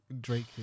Drake